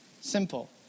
Simple